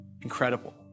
incredible